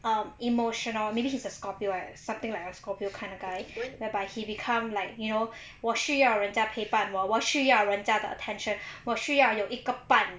um emotional maybe he's a scorpio or something like a scorpio kind of guy whereby he become like you know 我需要人家陪伴我我需要人家的 attention 我需要有一个伴